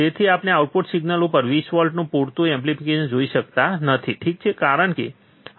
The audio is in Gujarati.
તેથી આપણે આઉટપુટ સિગ્નલ ઉપર 20 વોલ્ટનું પૂરતું એમ્પ્લીફિકેશન જોઈ શકતા નથી ઠીક છે તે કારણ છે